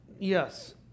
Yes